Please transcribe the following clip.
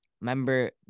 remember